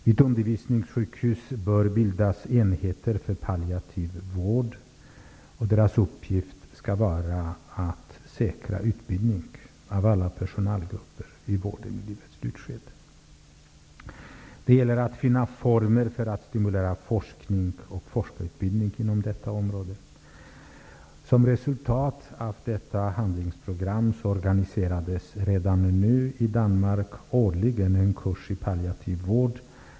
Vid undervisningssjukhus bör bildas enheter för palliativ vård, och deras uppgift skall vara att säkra utbildning av alla personalgrupper i vården i livets slutskede. Det gäller att finna former för att stimulera forskning och forskarutbildning inom detta område. Som resultat av handlingsprogrammet organiseras redan nu i Danmark årligen en kurs i palliativ vård.